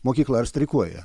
mokykla ar streikuoja